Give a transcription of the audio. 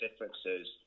differences